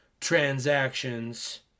transactions